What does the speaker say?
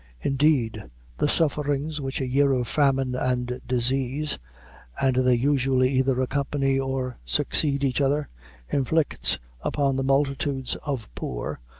indeed the sufferings which a year of famine and disease and they usually either accompany or succeed each other inflicts upon the multitudes of poor,